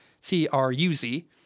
C-R-U-Z